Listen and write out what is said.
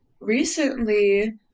recently